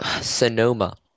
Sonoma